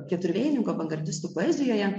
keturvėjininkų avangardistų poezijoje